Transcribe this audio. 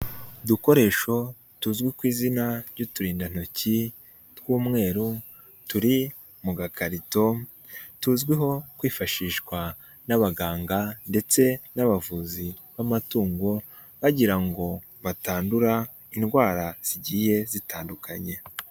Udukoresho tuzwi ku izina ry'uturindantoki tw'umweru turi mu gakarito tuzwiho kwifashishwa n'abaganga ndetse n'abavuzi b'amatungo bagira ngo batandura indwara zigiye zitandukanye.